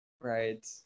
Right